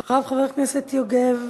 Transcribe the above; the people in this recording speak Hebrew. אחריו, חבר הכנסת יוגב,